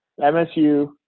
MSU